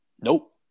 Nope